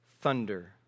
thunder